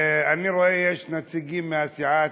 אני רואה שיש נציגים מהסיעה,